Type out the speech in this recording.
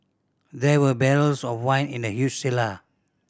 there were barrels of wine in the huge cellar